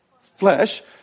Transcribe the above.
Flesh